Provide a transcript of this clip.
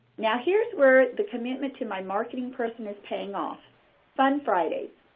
now, here's where the commitment to my marketing person is paying off fun fridays.